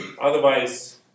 Otherwise